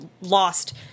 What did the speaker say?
lost